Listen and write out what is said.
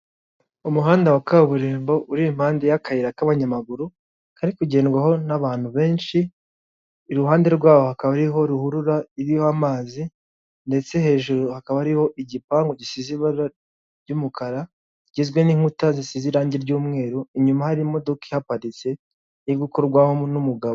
Umuhanda wa kaburimbo uri impande y'akayira k'abanyamaguru kari kugendwaho n'abantu benshi, iruhande rwabo hakaba hariho ruhurura iriho amazi ndetse hejuru hakaba hariho igipangu gisize ibara ry'umukara kigizwe n'inkuta zisize irangi ry'umweru, inyuma hari imodoka ihaparitse iri gukorwaho n'umugabo.